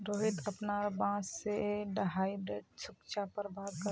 रोहित अपनार बॉस से हाइब्रिड सुरक्षा पर बात करले